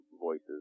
voices